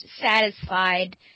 satisfied